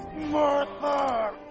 Martha